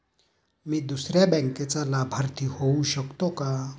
मी दुसऱ्या बँकेचा लाभार्थी होऊ शकतो का?